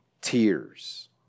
Tears